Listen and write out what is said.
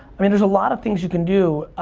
i mean there's a lot of things you can do.